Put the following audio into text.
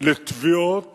לתביעות